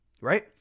Right